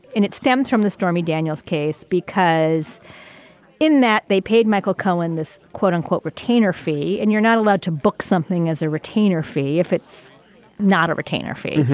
and it stems from the stormy daniels case, because in that they paid michael cohen this, quote unquote, retainer fee. and you're not allowed to book something as a retainer fee if it's not a retainer fee.